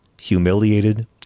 humiliated